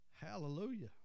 Hallelujah